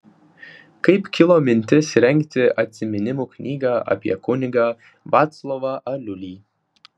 kaip kilo mintis rengti atsiminimų knygą apie kunigą vaclovą aliulį